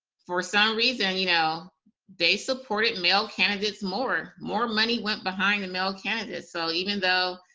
for some reason, you know they supported male candidates more. more money went behind the male candidates. so even though